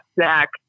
Zach